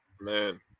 Man